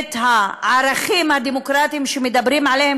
את הערכים הדמוקרטיים שמדברים עליהם